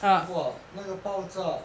!wah! 那个暴躁